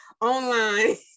online